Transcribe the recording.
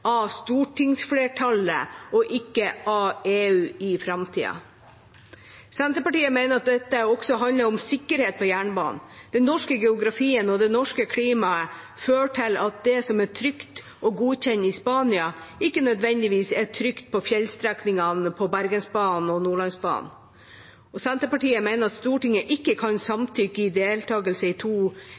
av stortingsflertallet og ikke av EU i framtida. Senterpartiet mener at dette også handler om sikkerhet på jernbanen. Den norske geografien og det norske klimaet fører til at det som er trygt og godkjent i Spania, ikke nødvendigvis er trygt på fjellstrekningene på Bergensbanen og Nordlandsbanen. Senterpartiet mener at Stortinget ikke kan samtykke til deltakelse i to